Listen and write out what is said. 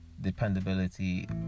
dependability